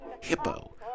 Hippo